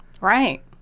Right